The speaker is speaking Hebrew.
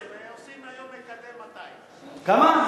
לא 20. עושים היום מקדם 200. כמה?